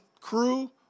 crew